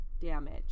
damage